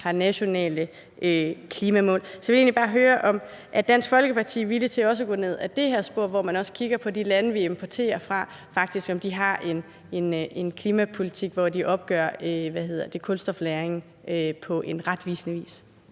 har nationale klimamål. Så jeg vil egentlig bare høre, om Dansk Folkeparti er villig til at gå ned ad det spor, hvor man også kigger på, om de lande, man importerer fra, faktisk har en klimapolitik, hvor de opgør kulstoflagringen på en retvisende vis.